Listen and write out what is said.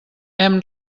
hem